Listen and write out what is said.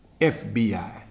FBI